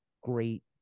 great